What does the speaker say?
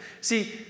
See